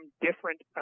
different